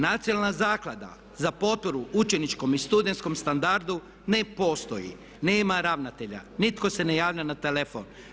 Nacionalna zaklada za potporu učeničkom i studenskom standardu ne postoji, nema ravnatelja, nitko se ne javlja na telefon.